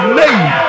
name